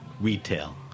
retail